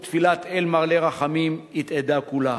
ותפילת "אל מלא רחמים" הדהדה כולה.